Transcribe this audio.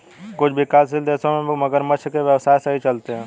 कुछ विकासशील देशों में मगरमच्छ के व्यवसाय सही चलते हैं